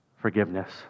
forgiveness